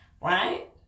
right